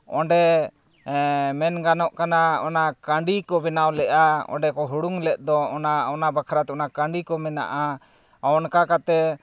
ᱚᱸᱰᱮ ᱢᱮᱱ ᱜᱟᱱᱚᱜ ᱠᱟᱱᱟ ᱚᱱᱟ ᱠᱟᱹᱰᱤ ᱠᱚ ᱵᱮᱱᱟᱣ ᱞᱮᱜᱼᱟ ᱚᱸᱰᱮ ᱠᱚ ᱦᱩᱲᱩ ᱞᱮᱫ ᱫᱚ ᱚᱱᱟ ᱚᱱᱟ ᱵᱟᱠᱷᱨᱟᱛᱮ ᱚᱱᱟ ᱠᱟᱹᱰᱤ ᱠᱚ ᱢᱮᱱᱟᱜᱼᱟ ᱚᱱᱠᱟ ᱠᱟᱛᱮᱫ